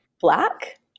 black